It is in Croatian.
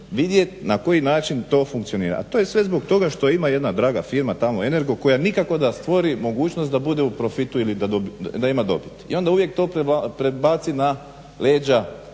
vidjeti na koji način to funkcionira. A to je sve zbog toga što ima jedna draga firma energo koja nikako da stvori mogućnost da bude u profitu i da ima dobiti. I onda uvijek to predbaci na leđa